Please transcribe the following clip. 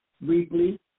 briefly